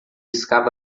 escava